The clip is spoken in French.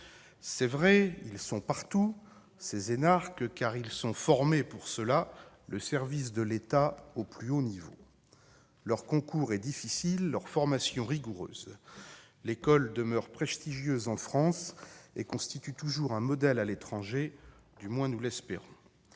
C'est vrai, les énarques sont partout, car ils sont formés pour le service de l'État au plus haut niveau. Leur concours est difficile, leur formation rigoureuse. L'école demeure prestigieuse en France et constitue toujours un modèle à l'étranger- du moins, nous l'espérons